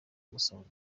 amusanga